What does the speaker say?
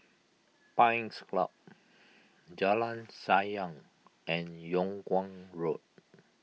Pines Club Jalan Sayang and Yung Kuang Road